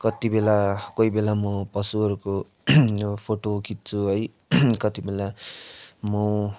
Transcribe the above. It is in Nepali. कति बेला कोही बेला म पशुहरूको फोटो खिच्छु है कति बेला म